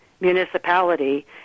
municipality